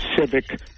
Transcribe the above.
civic